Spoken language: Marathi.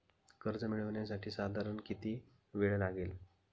कर्ज मिळविण्यासाठी साधारण किती वेळ लागेल?